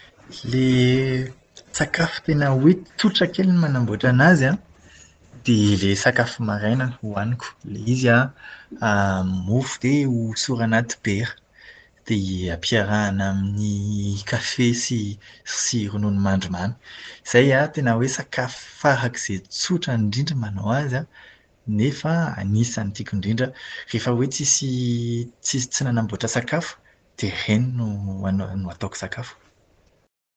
Ilay sakafo tena hoe tsotra kely ny manamboatra anazy an, dia ilay sakafo maraina hohaniko. Ilay izy an, mofo dia hosorana dibera. Dia ampiarahana amin'ny kafe sy sy ronono mandry mamy. Izay an, tena hoe sakafo farak'izay tsotra indrindra ny manao azy, nefa anisan'ny tiako indrindra. Rehefa hoe tsisy tsisy tsy nanamboatra sakafo, dia ireny no ana- no ataoko sakafo.